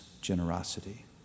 generosity